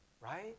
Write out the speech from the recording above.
right